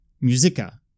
Musica